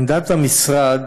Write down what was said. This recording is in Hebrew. עמדת המשרד